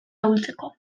ahultzeko